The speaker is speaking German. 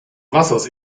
wassers